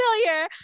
familiar